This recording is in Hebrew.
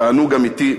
תענוג אמיתי,